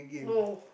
no